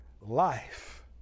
life